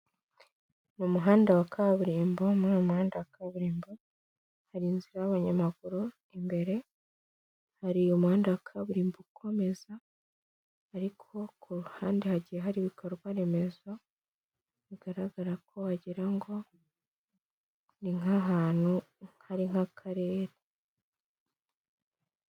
Mu muhanda rwagati mu masaha y'ijoro aha hino kuri iki gice kigendedwaho n'abanyamaguru hari ububiko bwagenewe kubikamo cyangwa kujugunywamo imyanda ikoreshwa n'abakoresha umuhanda harimo ibinyabiziga biri kugendera mu muhanda bibisikana by'umwihariko imodoka inini n'intoya ndetse n'abanyamaguru bari gukoresha umuhanda.